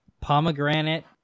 pomegranate